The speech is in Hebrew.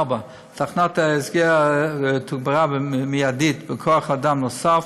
3. תחנת ההסגר תוגברה מיידית בכוח אדם נוסף,